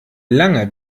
lange